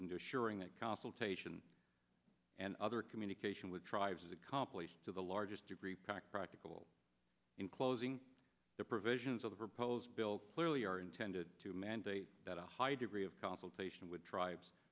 into sharing that consultation and other communication with tribes accomplish to the largest degree packed practical in closing the provisions of the proposed bill clearly are intended to mandate that a high degree of counsel patient with tribes